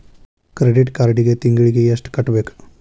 credit ಕಾರ್ಡಿಗಿ ತಿಂಗಳಿಗಿ ಎಷ್ಟ ಕಟ್ಟಬೇಕ